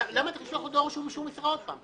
למה אני צריך לשלוח לו דואר רשום עם אישור מסירה עוד פעם?